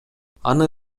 аны